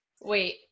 Wait